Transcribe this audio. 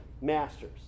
masters